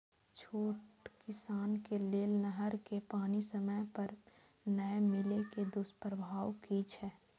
छोट किसान के लेल नहर के पानी समय पर नै मिले के दुष्प्रभाव कि छै?